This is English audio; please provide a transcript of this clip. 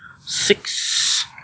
six